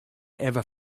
ever